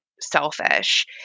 selfish